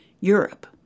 Europe